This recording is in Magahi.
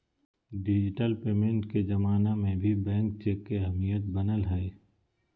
डिजिटल पेमेंट के जमाना में भी बैंक चेक के अहमियत बनल हइ